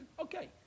Okay